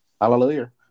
Hallelujah